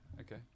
Okay